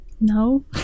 No